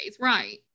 right